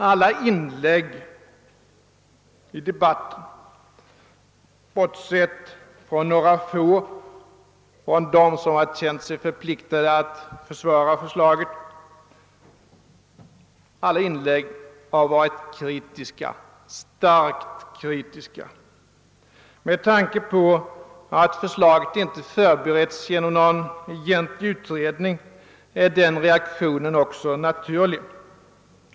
Alla inlägg i debatten — bortsett från några få inlägg från dem som känt sig förpliktigade att försvara förslaget — har också varit mycket starkt kritiska. Med tanke på att förslaget inte förberetts genom nå gon egentlig utredning är den reaktionen också naturlig.